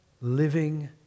living